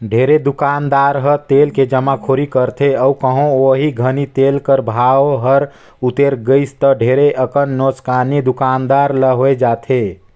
ढेरे दुकानदार ह तेल के जमाखोरी करथे अउ कहों ओही घनी तेल कर भाव हर उतेर गइस ता ढेरे अकन नोसकानी दुकानदार ल होए जाथे